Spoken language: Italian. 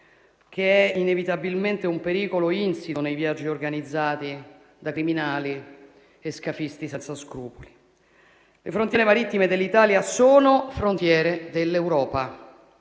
che è inevitabilmente un pericolo insito nei viaggi organizzati da criminali e scafisti senza scrupoli. Le frontiere marittime dell'Italia sono frontiere dell'Europa